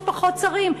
יש פחות שרים,